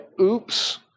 oops